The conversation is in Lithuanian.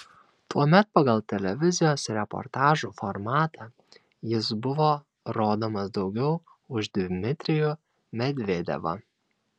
tuomet pagal televizijos reportažų formatą jis buvo rodomas daugiau už dmitrijų medvedevą